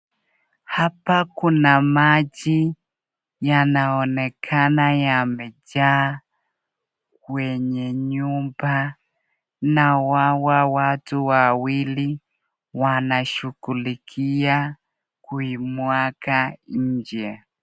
Hapa kuna maji, yanaonekana yamejaa kwenye nyumba na hawa watu wawili wanashughulikia kuimwaga nje.